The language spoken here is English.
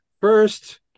First